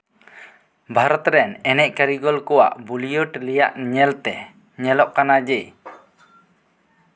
ᱵᱷᱟᱨᱚᱛ ᱨᱮᱱ ᱮᱱᱮᱡ ᱠᱟᱨᱤᱜᱚᱞ ᱠᱚᱣᱟᱜ ᱵᱩᱞᱤᱣᱩᱰ ᱨᱮᱭᱟᱜ ᱧᱮᱞᱛᱮ ᱧᱮᱞᱚᱜ ᱠᱟᱱᱟ ᱡᱮ